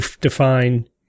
define